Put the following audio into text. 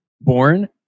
Born